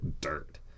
dirt